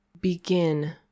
begin